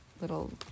little